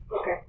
Okay